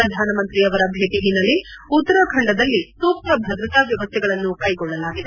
ಪ್ರಧಾನಮಂತ್ರಿಯವರ ಭೇಟಿ ಹಿನ್ನೆಲೆ ಉತ್ತರಾಖಂಡದಲ್ಲಿ ಸೂಕ್ತ ಭದ್ರತಾ ವ್ವವಸ್ಥೆಗಳನ್ನು ಕೈಗೊಳ್ಳಲಾಗಿದೆ